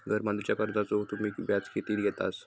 घर बांधूच्या कर्जाचो तुम्ही व्याज किती घेतास?